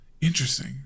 interesting